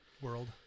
world